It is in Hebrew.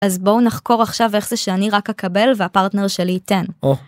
אז בואו נחקור עכשיו איך זה שאני רק אקבל והפרטנר שלי ייתן, או